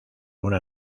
una